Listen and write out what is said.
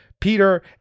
Peter